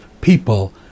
people